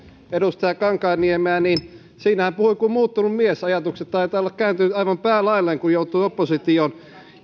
edustaja kankaanniemeä niin siinähän puhui kuin muuttunut mies ajatukset taitavat olla kääntyneet aivan päälaelleen kun joutui oppositioon